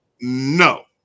No